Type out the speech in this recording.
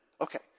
Okay